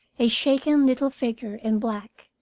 a shaken little figure in black,